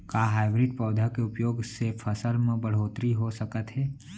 का हाइब्रिड पौधा के उपयोग से फसल म बढ़होत्तरी हो सकत हे?